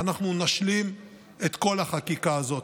ואנחנו נשלים את כל החקיקה הזאת.